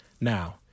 Now